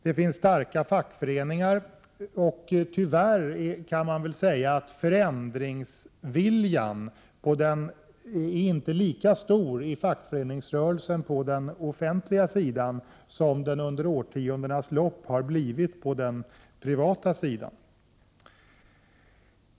Det finns starka fackföreningar, och tyvärr kan man väl säga att förändringsviljan inte är lika stor i fackföreningsrörelsen på den offentliga sidan som den har blivit på den privata sidan.